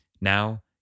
Now